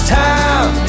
time